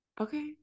Okay